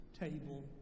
table